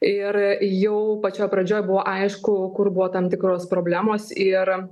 ir jau pačioj pradžioj buvo aišku kur buvo tam tikros problemos ir